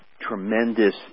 tremendous